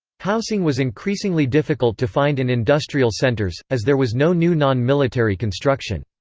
housing was increasingly difficult to find in industrial centers, as there was no new non-military construction.